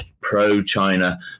pro-China